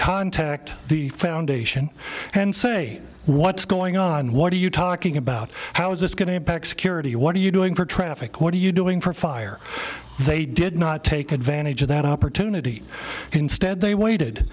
contact the foundation and say what's going on what are you talking about how is this going to impact security what are you doing for traffic what are you doing for fire they did not take advantage of that opportunity in stead they waited